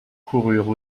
coururent